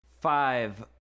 five